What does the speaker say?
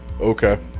Okay